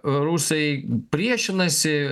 rusai priešinasi